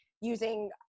using